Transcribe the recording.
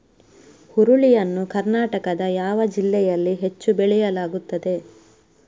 ಹುರುಳಿ ಯನ್ನು ಕರ್ನಾಟಕದ ಯಾವ ಜಿಲ್ಲೆಯಲ್ಲಿ ಹೆಚ್ಚು ಬೆಳೆಯಲಾಗುತ್ತದೆ?